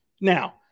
Now